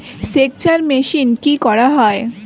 সেকচার মেশিন কি করা হয়?